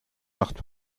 nacht